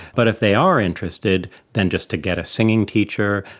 but if they are interested then just to get a singing teacher,